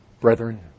Brethren